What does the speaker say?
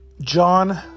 John